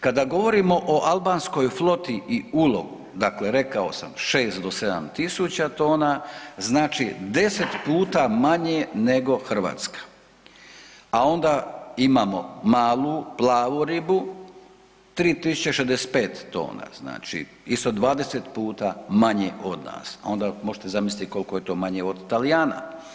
Kada govorimo o albanskoj floti i ulovu, rekao sam 6 do 7.000 tona znači 10 puta manje nego Hrvatska, a onda imamo malu plavu ribu 3.065 tona, isto 20 puta manje od nas, a onda možete zamisliti koliko je to manje od Talijana.